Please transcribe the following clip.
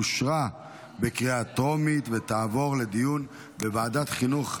אושרה בקריאה טרומית ותעבור לדיון בוועדת החינוך,